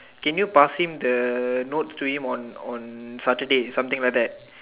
can you pass him the note to him on on Saturday something like that